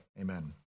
Amen